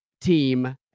team